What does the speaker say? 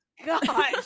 god